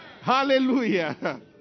Hallelujah